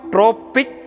Tropic